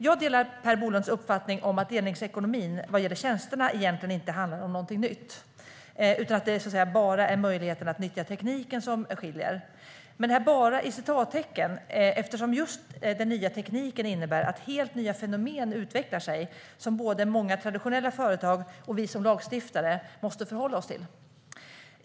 Jag delar Per Bolunds uppfattning att delningsekonomin vad gäller tjänsterna egentligen inte handlar om något nytt utan att det "bara" är möjligheten att nyttja tekniken som skiljer. Men det är "bara" inom citattecken, eftersom den nya tekniken innebär att helt nya fenomen utvecklar sig som både många traditionella företag och vi som lagstiftare måste förhålla oss till.